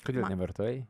kodėl nevartojai